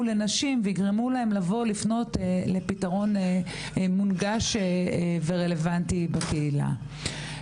לנשים ויגרמו להן לפנות לפתרון מונגש ורלוונטי בקהילה.